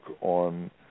on